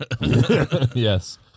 Yes